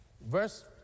Verse